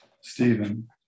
Stephen